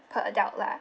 per adult lah